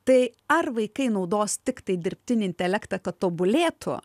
tai ar vaikai naudos tiktai dirbtinį intelektą kad tobulėtų